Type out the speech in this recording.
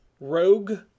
rogue